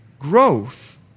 growth